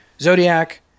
Zodiac